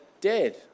dead